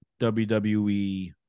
WWE